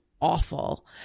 awful